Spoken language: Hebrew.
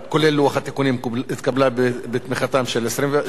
התקבלה בתמיכתם של 22 חברי כנסת,